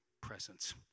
presence